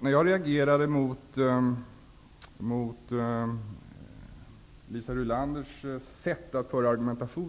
Jag reagerade mot Liisa Rulanders sätt att argumentera.